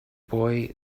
boy